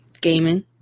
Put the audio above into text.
Gaming